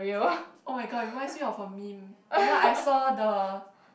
oh my god reminds me of a meme you know I saw the